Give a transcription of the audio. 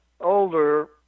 older